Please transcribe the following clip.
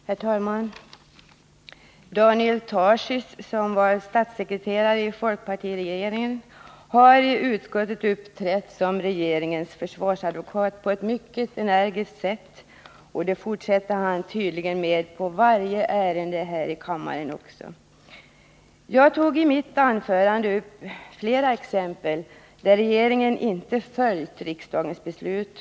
Herr talman! Daniel Tarschys, som varit statssekreterare i folkpartiregeringen, har i utskottet mycket energiskt uppträtt som regeringens försvarsadvokat, och det fortsätter han tydligen med också i varje ärende här i kammaren. I mitt huvudanförande tog jag upp flera exempel på att regeringen inte följt riksdagens beslut.